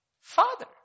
Father